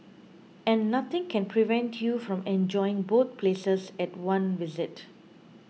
and nothing can prevent you from enjoying both places at one visit